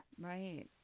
Right